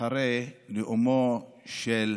אחרי נאומו של